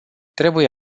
trebuie